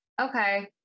Okay